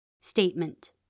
Statement